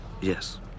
Yes